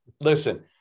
listen